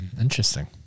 Interesting